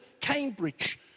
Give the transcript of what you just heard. Cambridge